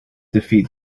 defeat